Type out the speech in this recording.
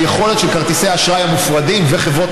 היכולת של כרטיסי אשראי מופרדים וחברות